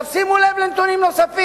עכשיו, שימו לב לנתונים נוספים: